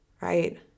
Right